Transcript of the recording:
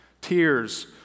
Tears